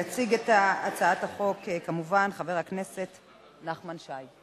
יציג את הצעת החוק כמובן חבר הכנסת נחמן שי.